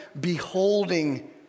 beholding